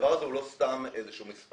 הדבר הזה הוא לא סתם איזשהו מספר.